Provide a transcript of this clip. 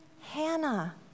Hannah